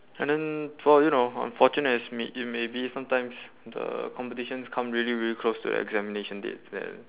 and then for you know unfortunate as may you may be sometimes the competitions come really really close to the examination dates then